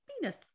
Penis